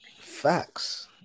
facts